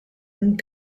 and